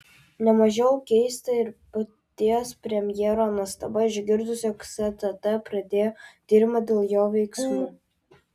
ne mažiau keista ir paties premjero nuostaba išgirdus jog stt pradėjo tyrimą dėl jo veiksmų